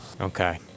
Okay